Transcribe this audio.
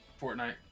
Fortnite